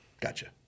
Gotcha